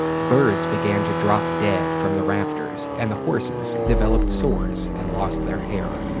birds began to drop dead from the rafters, and the horses developed sores and lost their hair.